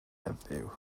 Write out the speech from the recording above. heddiw